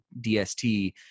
DST